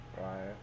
right